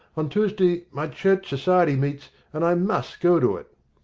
on tuesday my church society meets, and i must go to it.